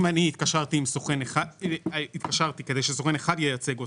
אם אני התקשרתי כדי שסוכן אחד ייצג אותי,